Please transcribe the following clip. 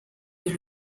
est